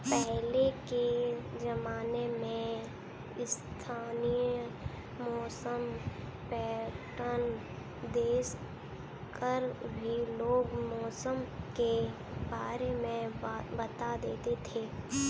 पहले के ज़माने में स्थानीय मौसम पैटर्न देख कर भी लोग मौसम के बारे में बता देते थे